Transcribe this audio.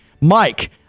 Mike